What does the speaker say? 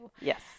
Yes